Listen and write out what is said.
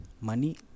money